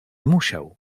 musiał